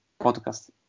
podcast